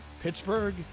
Pittsburgh